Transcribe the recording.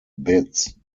bids